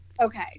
okay